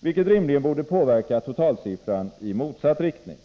vilket rimligen borde påverka totalsiffran i motsatt riktning.